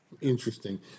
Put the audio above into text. interesting